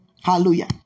Hallelujah